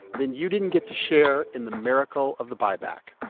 then you didn't get to share in the miracle of the buyback.